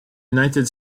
united